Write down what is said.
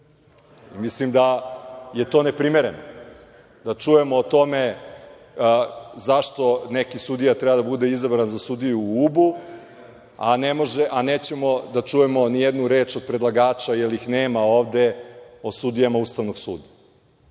Mislim da je to neprimereno, da čujemo o tome zašto neki sudija treba da bude izbran za sudiju u Ubu, a nećemo da čujemo ni jednu reč od predlagača, jer ih nema ovde, o sudijama Ustavnog